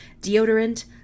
deodorant